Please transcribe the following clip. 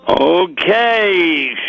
Okay